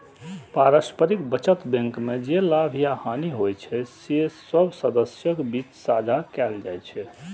पारस्परिक बचत बैंक मे जे लाभ या हानि होइ छै, से सब सदस्यक बीच साझा कैल जाइ छै